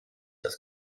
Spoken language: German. das